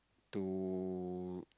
to